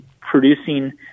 producing